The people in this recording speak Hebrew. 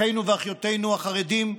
אחינו ואחיותינו החרדים,